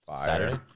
Saturday